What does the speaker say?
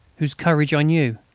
whose courage i knew.